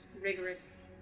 rigorous